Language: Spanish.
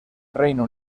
reino